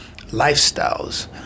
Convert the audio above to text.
lifestyles